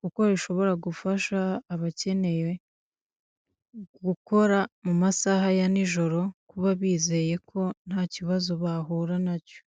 kuko bishobora gufasha abakeneye gukora mu masaaha ya nijoro, kuba bizeye ko ntakibazo bahura na cyo.